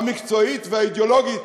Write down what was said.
המקצועית והאידיאולוגית,